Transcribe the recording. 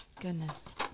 goodness